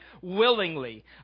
willingly